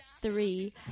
three